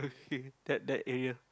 okay that that area